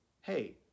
hey